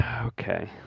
okay